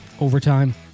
overtime